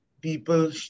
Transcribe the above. people